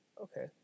Okay